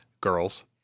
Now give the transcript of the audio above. girls